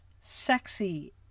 sexy